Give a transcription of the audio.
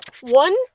one